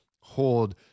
hold